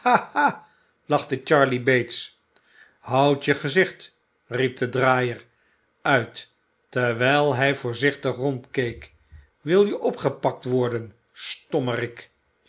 lachte charley bates houd je gezicht riep de draaier uit terwijl hij voorzichtig rondkeek wil je opgepakt worden